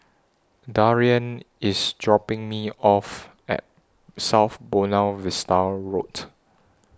Darian IS dropping Me off At South Buona Vista Road